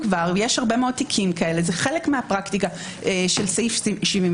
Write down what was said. ויש הרבה מאוד תיקים כאלה - זה חלק מהפרקטיקה של סעיף 74,